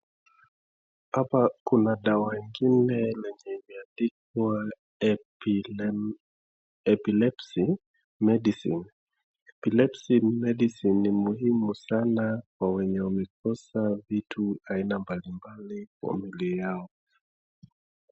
Hapa kuna dawa ingine yenye imeandikwa EPILEPSY MEDICINE. EPILEPSY MEDICINE. ni muhimu sana kwa wenye wamekosa vitu aina mbalimbali kwa mwili yao.